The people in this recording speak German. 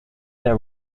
der